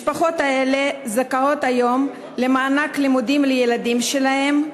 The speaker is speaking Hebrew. המשפחות האלה זכאיות היום למענק לימודים לילדים שלהן,